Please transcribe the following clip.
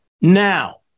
Now